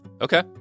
Okay